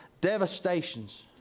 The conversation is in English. devastations